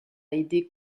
aider